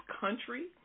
country